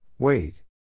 Wait